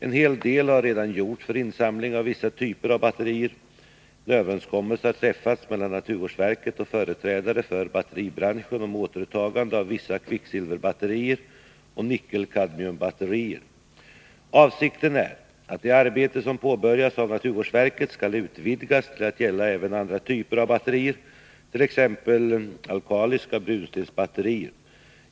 En hel del har redan gjorts för insamling av vissa typer av batterier. En överenskommelse har träffats mellan naturvårdsverket och företrädare för batteribranschen om återtagande av vissa kvicksilverbatterier och nickelkadmiumbatterier. Avsikten är att det arbete som påbörjats av naturvårdsverket skall utvidgas till att gälla även andra typer av batterier, t.ex. alkaliska brunstensbatterier.